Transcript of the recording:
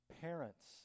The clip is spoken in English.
Parents